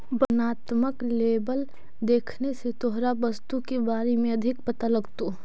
वर्णात्मक लेबल देखने से तोहरा वस्तु के बारे में अधिक पता लगतो